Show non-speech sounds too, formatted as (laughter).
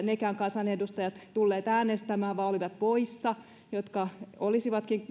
(unintelligible) nekään kansanedustajat tulleet äänestämään vaan olivat poissa jotka olisivat